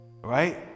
right